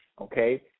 okay